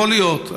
יכול להיות,